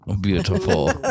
Beautiful